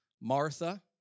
Martha